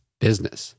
business